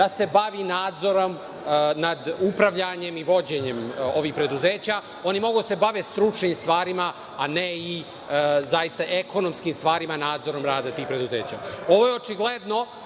da se bavi nadzorom nad upravljanjem i vođenjem ovih preduzeća. Oni mogu da se bave stručnim stvarima, a ne i ekonomskim stvarima, nadzorom rada tih preduzeća. Ovo je očigledno